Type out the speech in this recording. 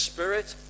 Spirit